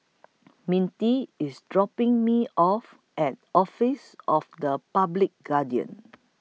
Mintie IS dropping Me off At Office of The Public Guardian